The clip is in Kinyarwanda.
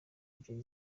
jay